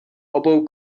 obou